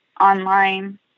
online